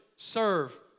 Serve